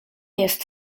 jest